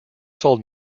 sold